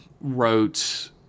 wrote